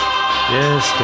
Yes